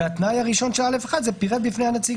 והתנאי הראשון של (א1) זה פירט בפני הנציג